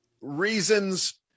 reasons